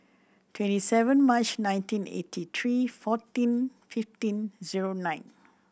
twenty seven March nineteen eighty three fourteen fifteen zero nine